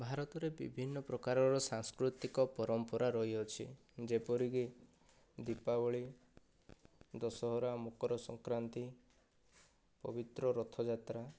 ଭାରତରେ ବିଭିନ୍ନପ୍ରକାରର ସାଂସ୍କୃତିକ ପରମ୍ପରା ରହିଅଛି ଯେପରିକି ଦୀପାବଳୀ ଦଶହରା ମକର ସଂକ୍ରାନ୍ତି ପବିତ୍ର ରଥଯାତ୍ରା